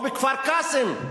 או בכפר-קאסם,